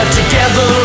Together